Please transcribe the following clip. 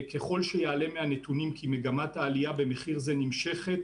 ככול שיעלה מהנתונים כי מגמת העלייה במחיר זה נמשכת,